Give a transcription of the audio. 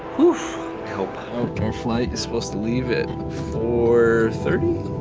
whew! i hope. our flight is supposed to leave at four thirty?